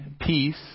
peace